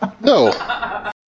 No